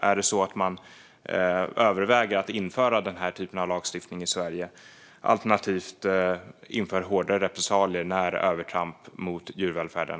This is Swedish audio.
Överväger man att införa den typen av lagstiftning i Sverige alternativt införa hårdare repressalier när övertramp sker mot djurvälfärden?